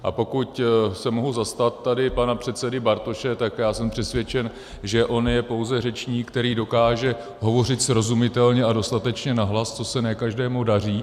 A pokud se mohu zastat pana předsedy Bartoše, tak jsem přesvědčen, že on je pouze řečník, který dokáže hovořit srozumitelně a dostatečně nahlas, což se ne každému daří.